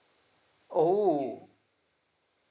oh